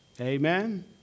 amen